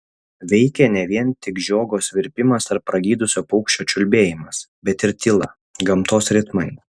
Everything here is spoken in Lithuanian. veikė ne vien tik žiogo svirpimas ar pragydusio paukščio čiulbėjimas bet ir tyla gamtos ritmai